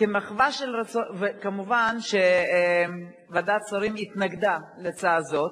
כמובן זה גם עולה כסף,